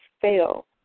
fail